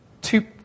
Two